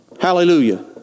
Hallelujah